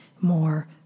more